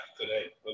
today